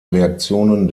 reaktionen